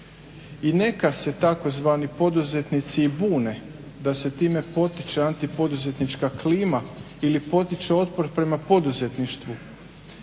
I neka se tzv. poduzetnici i bune da se time potiče antipoduzetnička klima ili potiče otpor prema poduzetništvu,